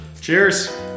Cheers